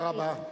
תודה רבה.